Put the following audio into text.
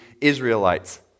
Israelites